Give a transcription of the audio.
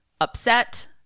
upset